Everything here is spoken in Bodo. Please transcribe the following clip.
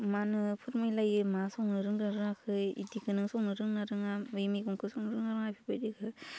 मा होनो फोरमायलायो मा संनो रोंहों रोङाखै बिदिखौ नों संनो रोंना रोङा बै मैगंखौ संनो रोङो ना रोङा बेफोरबायदिखौ